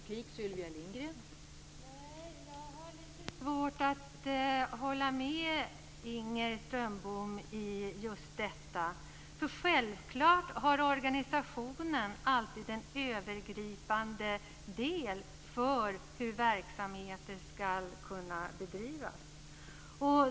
Fru talman! Nej, jag har lite svårt att hålla med Inger Strömbom om just detta. Självklart har organisationen alltid en övergripande del som handlar om hur verksamheter ska kunna bedrivas.